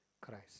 Christ